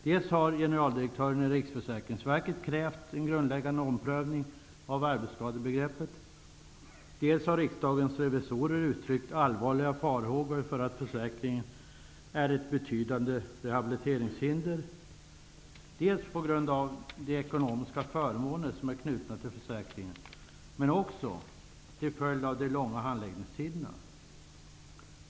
Dels har generaldirektören i Riksförsäkringsverket krävt en grundläggande omprövning av arbetsskadebegreppet, dels har riksdagens revisorer uttryckt allvarliga farhågor för att försäkringen är ett betydande rehabiliteringshinder på grund av de ekonomiska förmåner som är knutna till försäkringen, men också till följd av de långa handläggningstiderna.